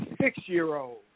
six-year-old